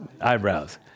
Eyebrows